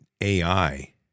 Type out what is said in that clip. AI